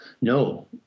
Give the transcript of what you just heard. No